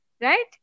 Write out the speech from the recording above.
Right